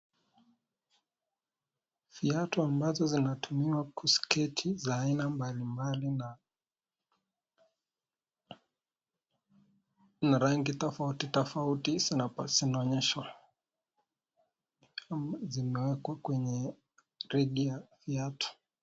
Viatu ambazo zinatumiwa kusketi za aina mbali mbali na rangi tofauti tofauti zinaonyeshwa ama zimewekwa kwenye reli ya viatu.